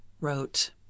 wrote